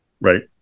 right